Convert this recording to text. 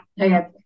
Okay